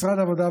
משרד העבודה,